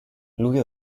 lui